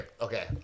okay